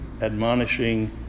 admonishing